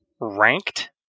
Ranked